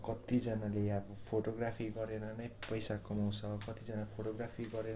कतिजनाले अब फोटोग्राफी गरेर नै पैसा कमाउँछ कतिजना फोटोग्राफी गरेर नै